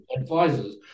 advisors